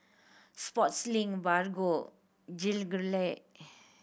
Sportslink Bargo Gelare